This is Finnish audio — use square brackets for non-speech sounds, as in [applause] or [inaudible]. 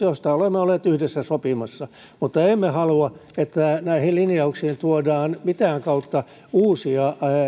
[unintelligible] joista olemme olleet yhdessä sopimassa mutta emme halua että näihin linjauksiin tuodaan mitään kautta uusia ja